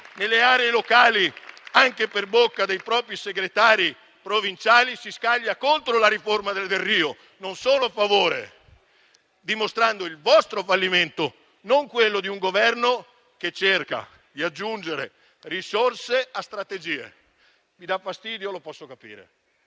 nelle aree locali, anche per bocca dei propri segretari provinciali, si scaglia contro la riforma Delrio: non sono solo voci a favore. Si dimostra così il vostro fallimento, non quello di un Governo che cerca di aggiungere risorse a strategie. Vi dà fastidio. Lo posso capire,